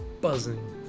buzzing